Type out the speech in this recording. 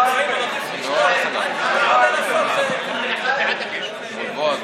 אני קובע שהצעת חוק להארכת תוקפן של תקנות שעת חירום (יהודה ושומרון,